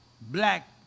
black